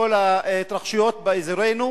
מכל ההתרחשויות באזורנו,